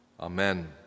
Amen